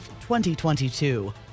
2022